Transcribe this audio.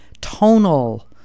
tonal